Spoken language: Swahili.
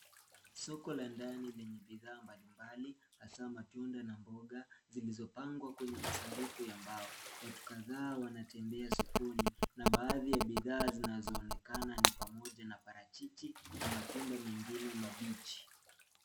Soko la ndani lenye bidhaa mbalimbali, hasa matunda na mboga, zilizopangwa kwenye masanduku ya mbao. Watu kadhaa wanatembea sokoni, na baadhi ya bidhaa zinazoonekana ni pamoja na parachichi, na matunda mengine mabichi.